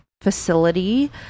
facility